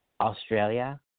Australia